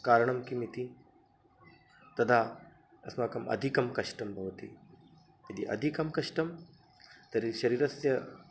कारणं किम् इति तदा अस्माकम् अधिकं कष्टं भवति यदि अधिकं कष्टं तर्हि शरीरस्य